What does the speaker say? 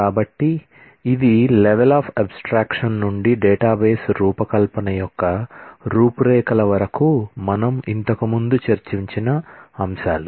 కాబట్టి ఇది level of abstraction నుండి డేటాబేస్ రూపకల్పన యొక్క రూపురేఖల వరకు మనం ఇంతకుముందు చర్చించిన అంశాలు